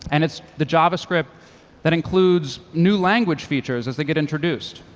and it's the javascript that includes new language features as they get introduced,